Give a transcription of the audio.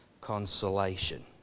consolation